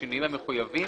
בשינויים המחויבים,